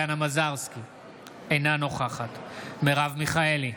אינה נוכחת מרב מיכאלי,